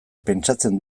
pentsatzen